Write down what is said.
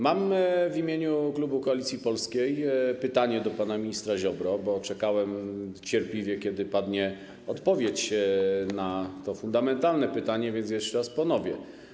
Mam w imieniu klubu Koalicji Polskiej pytanie do pana ministra Ziobry, bo czekałem cierpliwie, kiedy padnie odpowiedź na to fundamentalne pytanie, więc jeszcze raz je ponowię.